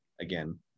again